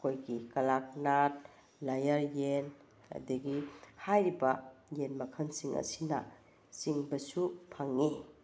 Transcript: ꯑꯩꯈꯣꯏꯒꯤ ꯀꯗꯛꯅꯥꯊ ꯂꯥꯌꯔ ꯌꯦꯟ ꯑꯗꯒꯤ ꯍꯥꯏꯔꯤꯕ ꯌꯦꯟ ꯃꯈꯜꯁꯤꯡ ꯑꯁꯤꯅꯆꯤꯡꯕꯁꯨ ꯐꯪꯉꯤ